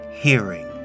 hearing